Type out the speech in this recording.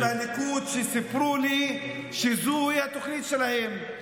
מהליכוד שסיפרו לי שזוהי התוכנית שלהם.